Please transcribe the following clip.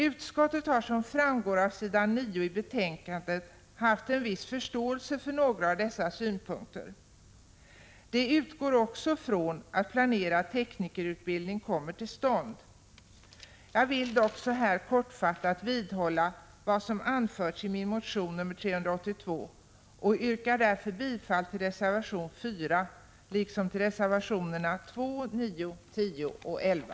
Utskottet har som framgår av s. 9 i betänkandet haft en viss förståelse för några av dessa synpunkter. Utskottet utgår också från att planerad tekniker utbildning kommer till stånd. Jag vill dock så här kortfattat vidhålla vad som anförs i min motion 382 och yrkar därför bifall till reservation 4 liksom till reservationerna 2, 9, 10 och 11.